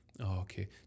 okay